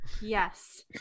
yes